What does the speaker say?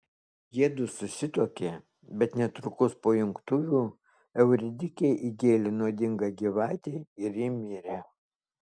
jiedu susituokė bet netrukus po jungtuvių euridikei įgėlė nuodinga gyvatė ir ji mirė